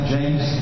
James